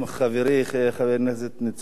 חברי חבר הכנסת ניצן הורוביץ,